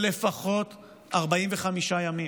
של לפחות 45 ימים.